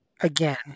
again